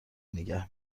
نگه